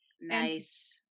Nice